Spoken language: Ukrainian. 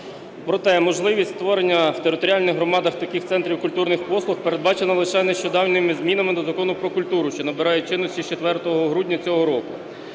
Проте можливість створення в територіальних громадах таких центрів культурних послуг передбачено лише нещодавніми змінами до Закону "Про культуру", що набирає чинності з 4 грудня цього року.